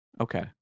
okay